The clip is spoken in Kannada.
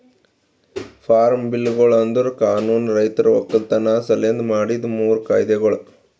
ಫಾರ್ಮ್ ಬಿಲ್ಗೊಳು ಅಂದುರ್ ಕಾನೂನು ರೈತರ ಒಕ್ಕಲತನ ಸಲೆಂದ್ ಮಾಡಿದ್ದು ಮೂರು ಕಾಯ್ದೆಗೊಳ್